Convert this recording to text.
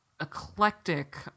eclectic